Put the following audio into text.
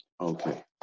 Okay